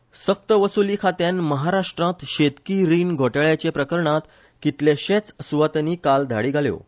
डी सक्त वसुली खात्यान महाराश्ट्रांत शेतकी रिण घोटाळ्याचे प्रकरणांत कितलेश्याच सुवातीनी काल धाडी घाल्यो